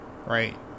Right